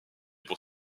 pour